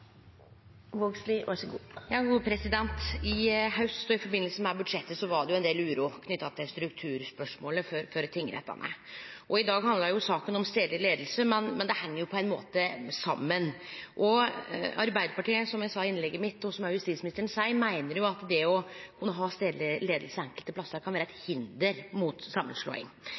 I haust og i samband med budsjettet var det ein del uro knytt til strukturspørsmålet for tingrettane. I dag handlar saka om stadleg leiing, men det heng på ein måte saman. Arbeidarpartiet meiner, som eg sa i innlegget mitt – og som òg justisministeren seier – at det å ha kunne ha stadleg leiing enkelte plassar kan vere eit hinder